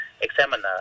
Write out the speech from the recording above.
examiner